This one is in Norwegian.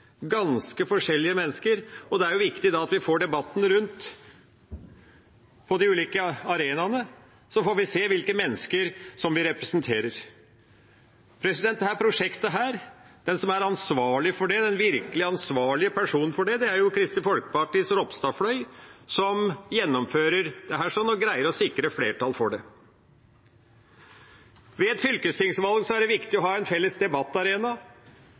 ganske forskjellige mennesker. Det er viktig at vi får debatten rundt på de ulike arenaene, så får vi se hvilke mennesker vi representerer. Den virkelig ansvarlige personen for dette prosjektet er jo Ropstad i hans Kristelig Folkeparti-fløy, som gjennomfører dette, og greier å sikre flertall for det. Ved et fylkestingsvalg er det viktig å ha en felles debattarena.